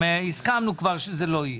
כבר הסכמנו שזה לא יהיה.